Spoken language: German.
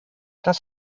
das